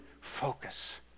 focus